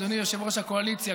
אדוני יושב-ראש הקואליציה,